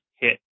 hit